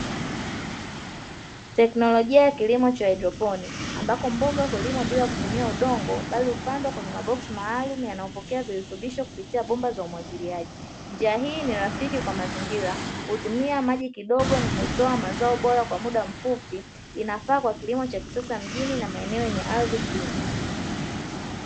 Teknolojia ya kilimo cha haidroponi, ambako mboga hulimwa bila kutumia udongo, bali hupandwa kwenye maboksi maalumu yanayopokea virutubisho kupitia pampu za umwagiliaji. Njia hii ni rafiki kwa mazingira, hutumia maji kidogo na hutoa mazao bora kwa muda mfupi. Inafaa kwa kilimo cha kisasa mjini na maeneo yenye ardhi finyu.